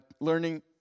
learning